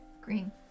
Green